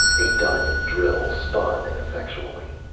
a diamond drill spun ineffectually.